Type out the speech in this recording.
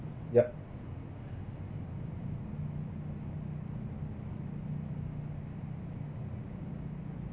yup